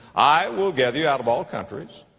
i will gather you out of all countries,